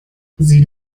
sie